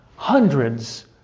Hundreds